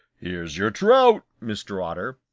here's your trout, mr. otter,